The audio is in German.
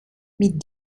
mit